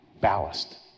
ballast